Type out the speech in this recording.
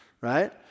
Right